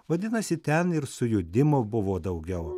vadinasi ten ir sujudimo buvo daugiau